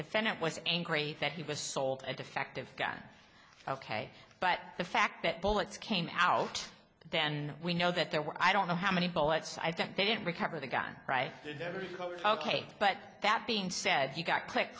defendant was angry that he was sold a defective gun ok but the fact that bullets came out then we know that there were i don't know how many bullets they didn't recover the gun right there ok but that being said you got click